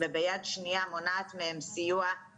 ממדינות שונות,